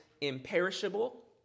imperishable